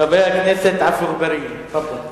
חבר הכנסת עפו אגבאריה, תפאדל.